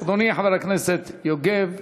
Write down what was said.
אדוני חבר הכנסת יוגב,